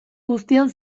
guztian